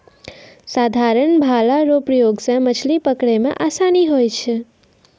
साधारण भाला रो प्रयोग से मछली पकड़ै मे आसानी हुवै छै